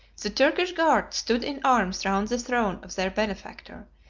the turkish guards stood in arms round the throne of their benefactor,